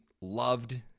loved